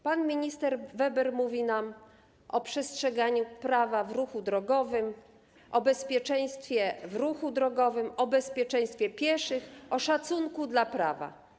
Pan minister Weber mówi nam o przestrzeganiu prawa w ruchu drogowym, o bezpieczeństwie w ruchu drogowym, o bezpieczeństwie pieszych, o szacunku dla prawa.